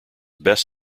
best